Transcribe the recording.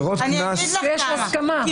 אני אגיד לך מה הבעיה.